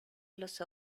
los